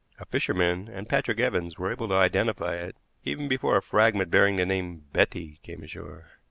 a fisherman and patrick evans were able to identify it even before a fragment bearing the name betty came ashore.